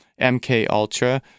MKUltra